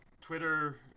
Twitter